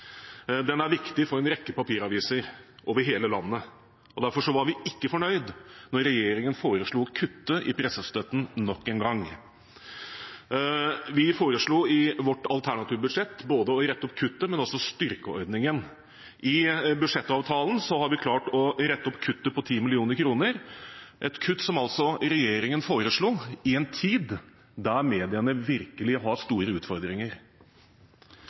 er viktig for en rekke papiraviser over hele landet, og derfor var vi ikke fornøyd da regjeringen foreslo å kutte i pressestøtten nok en gang. Vi foreslo i vårt alternative budsjett både å rette opp kuttet, og også å styrke ordningen. I budsjettavtalen har vi klart å rette opp kuttet på 10 mill. kr – et kutt som altså regjeringen foreslo i en tid da mediene virkelig har store